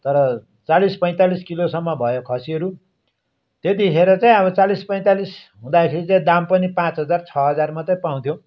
तर चालिस पैँतालिस किलोसम्म भयो खसीहरू त्यतिखेर चाहिँ अब चालिस पैँतालिस हुँदाखेरि चाहिँ दाम पनि पाँच हजार छ हजार मात्रै पाउँथ्यो